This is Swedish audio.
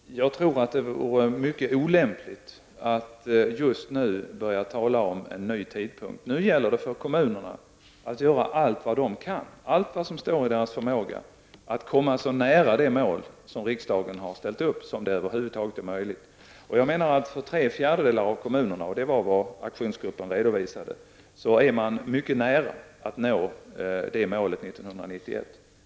Herr talman! Jag tror att det vore mycket olämpligt att just nu börja tala om en ny tidpunkt. Nu gäller det för kommunerna att göra allt vad de kan, allt vad som står i deras förmåga, att komma så nära det mål som riksdagen har ställt upp som det över huvud taget är möjligt. Jag menar att för tre fjärdedelar av kommunerna, och det var vad aktionsgruppen redovisade, är man mycket nära att nå det målet 1991.